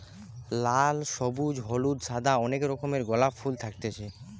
লাল, সবুজ, হলুদ, সাদা অনেক রকমের গোলাপ ফুল থাকতিছে